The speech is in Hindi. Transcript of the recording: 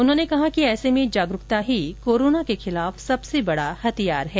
उन्होंने कहा कि ऐसे में जागरूकता ही कोरोना के खिलाफ सबसे बड़ा हथियार है